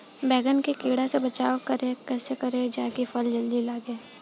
बैंगन के कीड़ा से बचाव कैसे करे ता की फल जल्दी लगे?